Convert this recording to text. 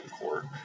court